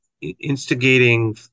instigating